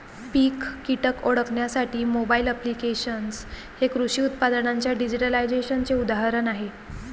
पीक कीटक ओळखण्यासाठी mobile applications हे कृषी उत्पादनांच्या डिजिटलायझेशनचे उदाहरण आहे